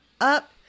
up